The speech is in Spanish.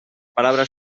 palabras